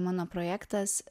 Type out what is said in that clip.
mano projektas